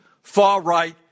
far-right